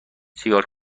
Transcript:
سیگار